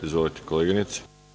Izvolite, koleginice.